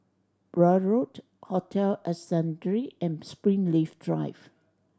Blair Road Hotel Ascendere and Springleaf Drive